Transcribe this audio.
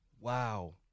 Wow